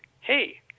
hey